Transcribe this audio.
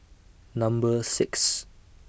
Number six